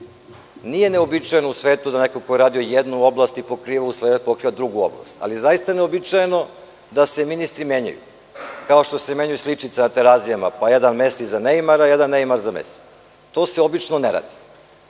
Nije neuobičajeno u svetu da neko ko je radio jednu oblast po prirodi stvari pokriva drugu oblast, ali je zaista neuobičajeno da se ministri menjaju, kao što se menjaju sličice na Terazijama, pa jedan Mesi za Neimara, jedan Neimara za Mesija. To se obično ne